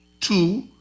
Two